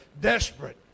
desperate